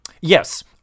Yes